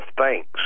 thanks